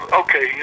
okay